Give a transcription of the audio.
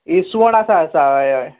इसवण आसा आसा हय हय